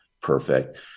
perfect